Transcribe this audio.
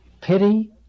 Pity